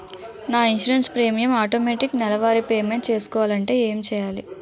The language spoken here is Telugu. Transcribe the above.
నా ఇన్సురెన్స్ ప్రీమియం ఆటోమేటిక్ నెలవారి పే మెంట్ చేసుకోవాలంటే ఏంటి చేయాలి?